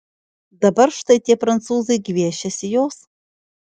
dabar štai tie prancūzai gviešiasi jos